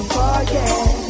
forget